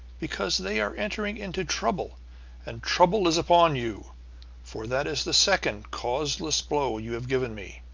because they are entering into trouble and trouble is upon you for that is the second causeless blow you have given me.